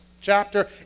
chapter